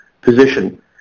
position